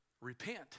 Repent